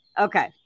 Okay